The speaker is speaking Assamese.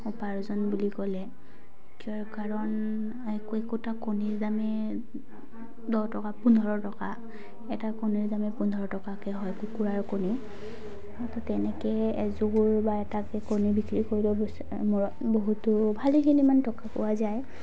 উপাৰ্জন বুলি ক'লে কিয় কাৰণ একো একোটা কণীৰ দামে দহ টকা পোন্ধৰ টকা এটা কণীৰ দামে পোন্ধৰ টকাকে হয় কুকুৰাৰ কণীত তেনেকে এযোৰ বা এটাকে কণী বিক্ৰী কৰিলে মূৰত বহুতো ভালেখিনিমান টকা পোৱা যায়